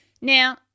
Now